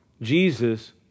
Jesus